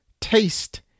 taste